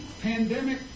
Pandemic